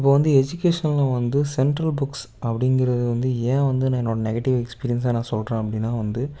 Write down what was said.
இப்போ வந்து எஜிகேஷனில் வந்து சென்ட்ரல் புக்ஸ் அப்படிங்குறது வந்து ஏன் வந்து என்னோட நெகட்டிவ் எக்ஸ்பீரியன்ஸாக நான் சொல்லுறன் அப்படின்னா வந்து